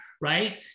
right